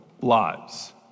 lives